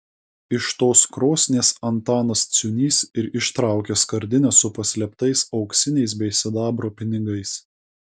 iš tos krosnies antanas ciūnys ir ištraukė skardinę su paslėptais auksiniais bei sidabro pinigais